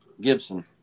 gibson